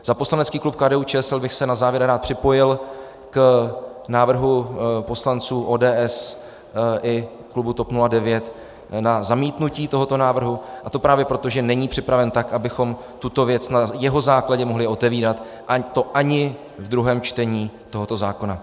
Za poslanecký klub KDUČSL bych se na závěr rád připojil k návrhu poslanců ODS i klubu TOP 09 na zamítnutí tohoto návrhu, a to právě proto, že není připraven tak, abychom tuto věc na jeho základě mohli otevírat, a to ani ve druhém čtení tohoto zákona.